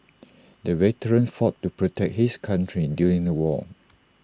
the veteran fought to protect his country during the war